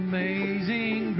Amazing